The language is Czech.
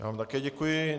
Já vám také děkuji.